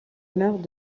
meurtre